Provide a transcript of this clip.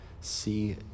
see